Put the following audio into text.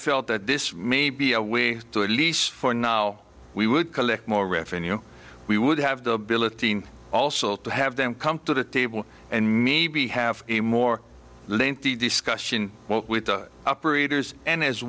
felt that this may be a way to at least for now we would collect more revenue we would have the ability also to have them come to the table and maybe have a more lengthy discussion with the operators and as